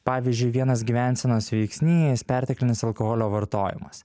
pavyzdžiui vienas gyvensenos veiksnys perteklinis alkoholio vartojimas